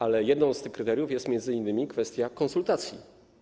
A jednym z tych kryteriów jest m.in. kwestia konsultacji.